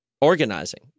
organizing